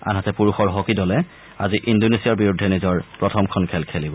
আনহাতে পুৰুষৰ হকী দলে আজি ইণ্ডোনেছিয়াৰ বিৰুদ্ধে নিজৰ প্ৰথমখন খেল খেলিব